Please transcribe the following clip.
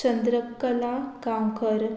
Chandrakala Gaonkar